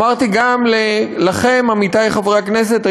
אמרתי את זה גם לכם, עמיתי חברי הכנסת.